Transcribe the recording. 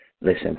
Listen